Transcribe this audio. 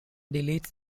deleted